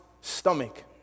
stomach